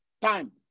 Time